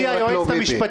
העניין של רק לא ביבי.